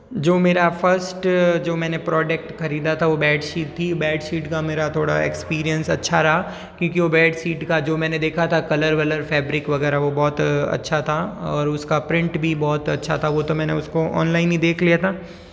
जो मेरा फ़र्स्ट जो मैंने प्रोडक्ट खरीदा था वो बेडशीट थी बेडशीट का मेरा थोड़ा एक्सपीरिएंस अच्छा रहा क्योंकि वो बेडशीट का जो मैंने देखा था कलर वलर फ़ैब्रिक वगैरह वो बहुत अच्छा था और उसका प्रिंट भी बहुत अच्छा था वो तो मैंने उसको ऑनलाइन ही देख लिया था